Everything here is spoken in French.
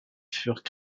furent